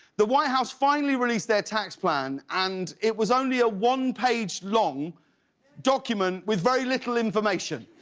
the white house finally reduced their tax plan and it was only a one-page long document with very little information.